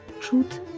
truth